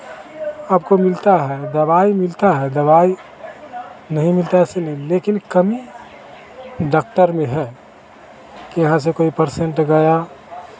आपको मिलता है दवाई मिलता है दवाई नहीं मिलता ऐसे लेकिन कमी डाक्टर में है कि यहाँ से कोई परसेंट गया